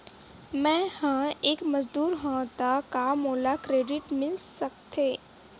मैं ह एक मजदूर हंव त का मोला क्रेडिट मिल सकथे?